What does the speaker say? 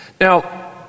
Now